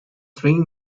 three